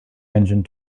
engine